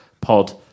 pod